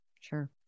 sure